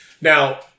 Now